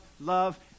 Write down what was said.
love